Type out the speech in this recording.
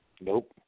Nope